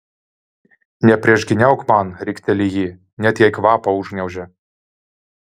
nepriešgyniauk man rikteli ji net jai kvapą užgniaužia